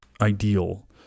ideal